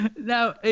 Now